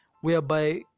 whereby